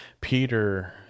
Peter